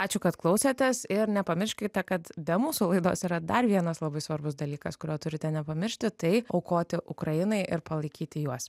ačiū kad klausėtės ir nepamirškite kad be mūsų laidos yra dar vienas labai svarbus dalykas kurio turite nepamiršti tai aukoti ukrainai ir palaikyti juos